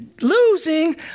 losing